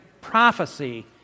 prophecy